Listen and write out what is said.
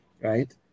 right